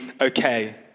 okay